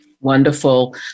Wonderful